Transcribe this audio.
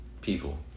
people